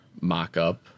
mock-up